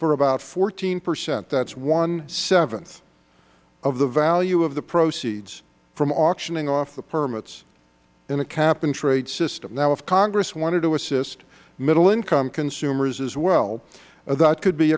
for about fourteen percent that is one seventh of the value of the proceeds from auctioning off the permits in a cap and trade system now if congress wanted to assist middle income consumers as well that could be